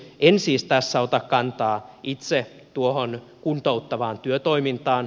en siis tässä ota kantaa itse tuohon kuntouttavaan työtoimintaan